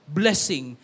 blessing